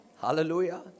Hallelujah